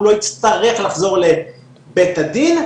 הוא לא יצטרך לחזור לבית הדין,